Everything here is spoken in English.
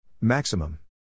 Maximum